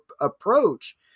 approach